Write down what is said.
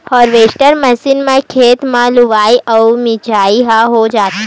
harvester machine म खेते म लुवई अउ मिजई ह हो जाथे